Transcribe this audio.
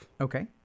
Okay